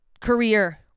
career